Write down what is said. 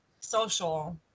social